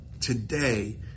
today